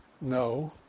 No